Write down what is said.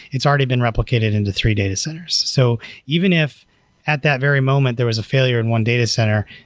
it's already been replicated into three data centers. so even if at that very moment there was a failure in one data center,